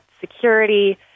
security